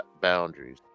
boundaries